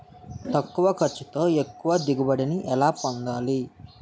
తక్కువ ఖర్చుతో ఎక్కువ దిగుబడి ని ఎలా పొందాలీ?